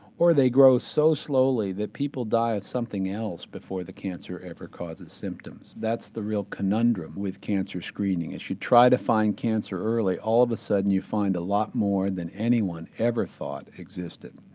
or they grow so slowly that people die of something else before the cancer ever causes symptoms. that's the real conundrum with cancer screening. if you try to find cancer early, all of a sudden you find a lot more than anyone ever thought existed.